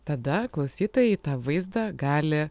tada klausytojai tą vaizdą gali